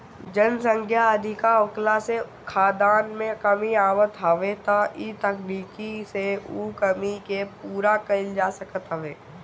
जनसंख्या अधिका होखला से खाद्यान में कमी आवत हवे त इ तकनीकी से उ कमी के पूरा कईल जा सकत हवे